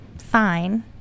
Fine